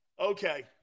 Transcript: Okay